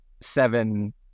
seven